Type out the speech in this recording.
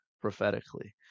prophetically